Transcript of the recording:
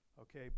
okay